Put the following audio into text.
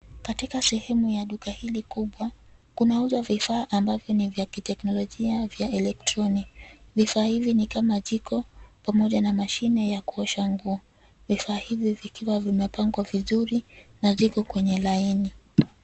Katika sehemu ya duka hili kubwa, kunauzwa vifaa ambavyo ni vya kiteknolojia vya electronic . Vifaa hivi ni kama jiko, pamoja na mashine ya kuosha nguo. Vifaa hivi vikiwa vimepangwa vizuri, na ziko kwenye laini.